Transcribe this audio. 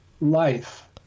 life